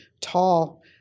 tall